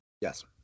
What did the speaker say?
Yes